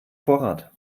vorrat